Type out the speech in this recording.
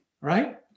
right